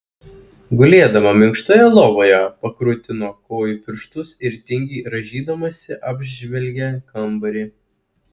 gulėdama minkštoje lovoje pakrutino kojų pirštus ir tingiai rąžydamasi apžvelgė kambarį